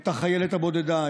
את החיילת הבודדה,